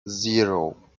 zero